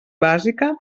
bàsica